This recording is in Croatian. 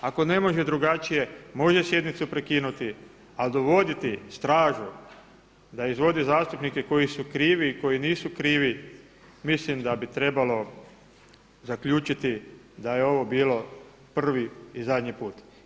Ako ne može drugačije može sjednicu prekinuti a dovoditi stražu da izvodi zastupnike koji su krivi i koji nisu krivi mislim da bi trebalo zaključiti da je ovo bilo prvi i zadnji put.